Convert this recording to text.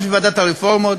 בוועדת הרפורמות,